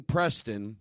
Preston